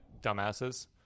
dumbasses